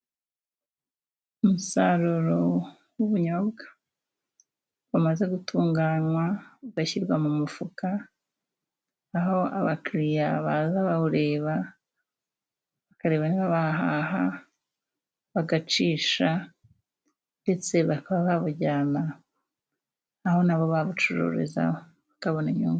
Umusaruro w'ubunyobwa umaze gutunganywa ugashyirwa mu mufuka, aho abakiriya baza babureba bakareba niba bahaha, bagacisha ndetse bakaba babujyana aho nabo babucururiza, bakabona inyungu.